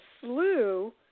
slew